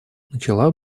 начала